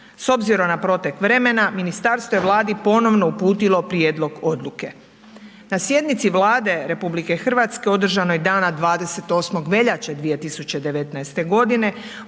S obzirom na protok vremena, Ministarstvo je vladi ponovno uputilo prijedlog odluke. Na sjednici Vlade RH, održanog dana 28. veljače 2019. g.